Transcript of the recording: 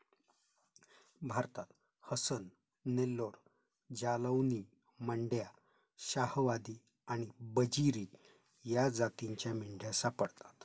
भारतात हसन, नेल्लोर, जालौनी, मंड्या, शाहवादी आणि बजीरी या जातींच्या मेंढ्या सापडतात